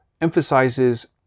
emphasizes